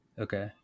Okay